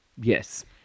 Yes